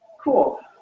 cool.